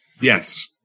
Yes